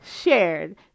shared